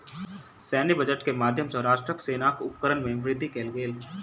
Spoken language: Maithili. सैन्य बजट के माध्यम सॅ राष्ट्रक सेनाक उपकरण में वृद्धि कयल गेल